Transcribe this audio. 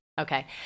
Okay